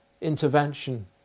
intervention